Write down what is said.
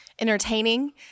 Entertaining